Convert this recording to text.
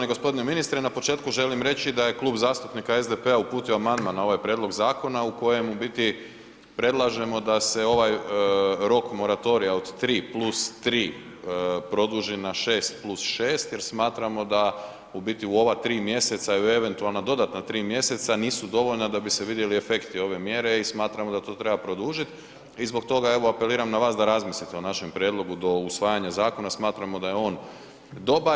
Na početku poštovani g. ministre, na početku želim reći da je Klub zastupnika SDP-a uputio amandman na ovaj prijedlog zakona u kojem u biti predlažemo da se ovaj rok moratorija od 3+3 produži na 6+6 jer smatramo da u biti u ova 3 mjeseca i u eventualna dodatna 3 mjeseca nisu dovoljna da bi se vidjeli efekti ove mjere i smatramo da to treba produžit i zbog toga evo apeliram na vas da razmislite o našem prijedlogu do usvajanja zakona, smatramo da je on dobar.